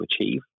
achieve